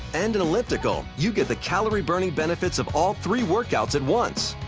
and an elliptical, you get the calorie-burning benefits of all three workouts at once.